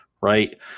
right